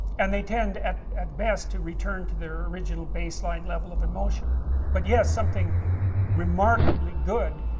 and they tend, at at best, to return to their original baseline level of emotion but yes, something remarkably good